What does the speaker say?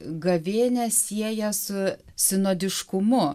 gavėnią sieja su sinodiškumu